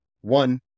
one